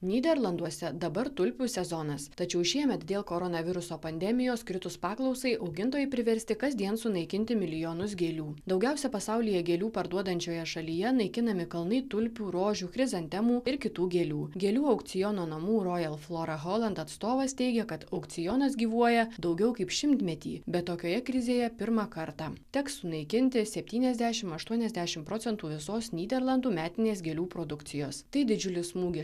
nyderlanduose dabar tulpių sezonas tačiau šiemet dėl koronaviruso pandemijos kritus paklausai augintojai priversti kasdien sunaikinti milijonus gėlių daugiausia pasaulyje gėlių parduodančioje šalyje naikinami kalnai tulpių rožių chrizantemų ir kitų gėlių gėlių aukciono namų royal flora holland atstovas teigia kad aukcionas gyvuoja daugiau kaip šimtmetį bet tokioje krizėje pirmą kartą teks sunaikinti septyniasdešimt aštuoniasdešimt procentų visos nyderlandų metinės gėlių produkcijos tai didžiulis smūgis